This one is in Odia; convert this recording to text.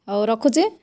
ହେଉ ରଖୁଛି